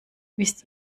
wisst